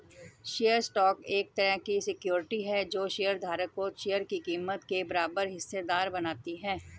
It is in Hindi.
शेयर स्टॉक एक तरह की सिक्योरिटी है जो शेयर धारक को शेयर की कीमत के बराबर हिस्सेदार बनाती है